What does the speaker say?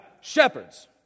shepherds